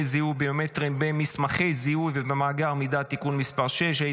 זיהוי ביומטריים במסמכי זיהוי ובמאגר מידע (תיקון מס' 6),